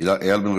איל בן ראובן.